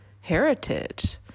heritage